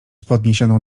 podniesioną